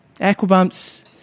Aquabumps